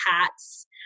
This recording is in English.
hats